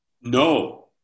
No